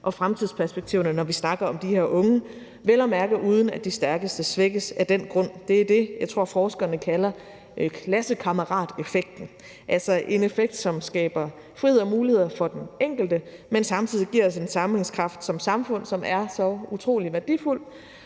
og fremtidsperspektiverne, når vi snakker om de her unge – vel at mærke uden at de stærkeste svækkes af den grund. Det er det, som jeg tror forskerne kalder klassekammerateffekten. Det er altså en effekt, som skaber frihed og muligheder for den enkelte, men samtidig giver os en sammenhængskraft som samfund, som er så utrolig værdifuld,